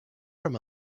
from